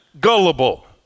gullible